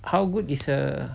how good is her